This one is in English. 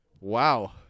Wow